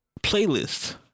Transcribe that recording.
playlist